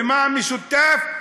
ומה המשותף?